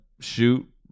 shoot